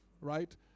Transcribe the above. right